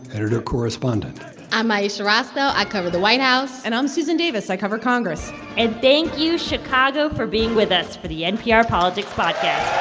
editor and correspondent i'm ayesha rascoe. i cover the white house and i'm susan davis. i cover congress and thank you, chicago, for being with us for the npr politics podcast